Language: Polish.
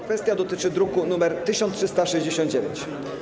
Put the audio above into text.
Kwestia dotyczy druku nr 1368.